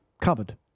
covered